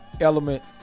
element